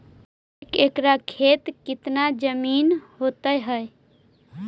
एक एकड़ खेत कितनी जमीन होते हैं?